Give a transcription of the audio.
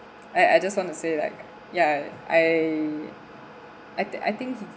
I I just want to say that ya I I think I think he